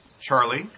Charlie